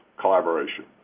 Collaboration